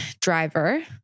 driver